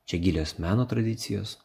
čia gilios meno tradicijos